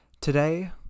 Today